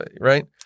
right